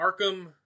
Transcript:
Arkham